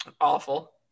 Awful